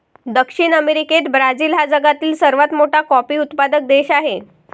दक्षिण अमेरिकेत ब्राझील हा जगातील सर्वात मोठा कॉफी उत्पादक देश आहे